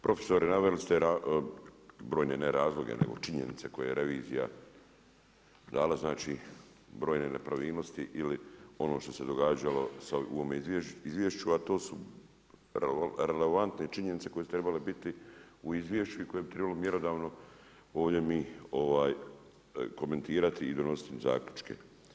Profesore, naveli ste brojne ne razloge, nego činjenice koje je revizija dala, znači brojne nepravilnosti ili ono što se događalo u ovom izvješću, a to su relevantne činjenice koju su trebale biti u izvješću i koje bi trebalo mjerodavno ovdje mi ovdje komentirati i donositi zaključke.